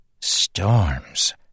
Storms